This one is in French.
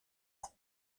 ans